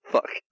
Fuck